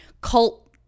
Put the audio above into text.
cult